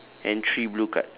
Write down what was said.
and three blue card